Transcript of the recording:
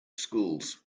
schools